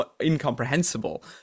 incomprehensible